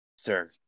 Sir